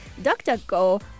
DuckDuckGo